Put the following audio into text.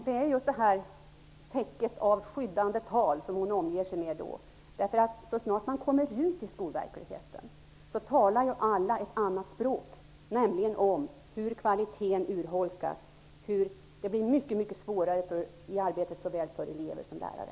Detta tillhör det täcke av skyddande tal som hon omger sig med. Så snart man kommer ut i skolverkligheten finner man att alla talar ett annat språk, nämligen om hur kvaliteten urholkas och hur det blir mycket svårare i arbetet, såväl för elever som för lärare.